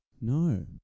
No